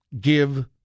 give